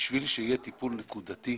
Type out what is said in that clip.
כדי שיהיה טיפול נקודתי,